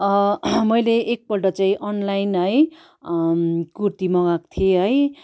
मैले एक पल्ट चाहिँ अनलाइन है कुर्ती मगाएको थिएँ है